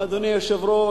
אדוני היושב-ראש,